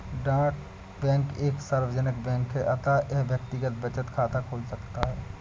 डाक बैंक एक सार्वजनिक बैंक है अतः यह व्यक्तिगत बचत खाते खोल सकता है